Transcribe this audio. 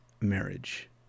marriage